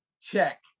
check